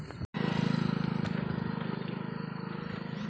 अनुसंधानक संचालन लेल अनुसंधान निधि एकटा महत्वपूर्ण हिस्सा छियै